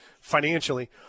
financially